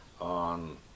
on